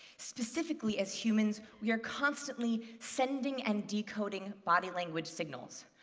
specifically, as humans, we are constantly sending and decoding body language signals.